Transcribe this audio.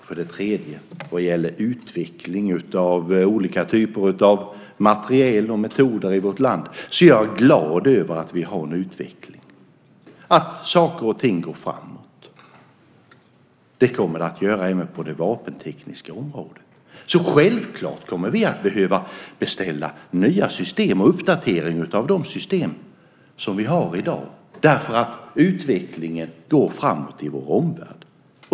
För det tredje vad gäller utveckling av olika typer av materiel och metoder i vårt land är jag glad över att vi har en utveckling, att saker och ting går framåt. Det kommer det att göra även på det vapentekniska området. Självklart kommer vi att behöva beställa nya system och uppdateringar av de system som vi har i dag därför att utvecklingen går framåt i vår omvärld.